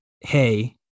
hey